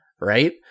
right